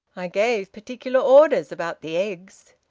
i gave particular orders about the eggs.